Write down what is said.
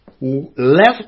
Left